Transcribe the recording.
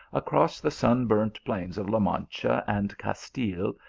across the sunburnt plains of la mancha and castile,